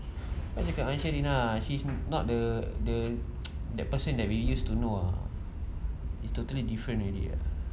saya cakap dengan sheryn ah she's not the the that person that we used to know ah it's totally different already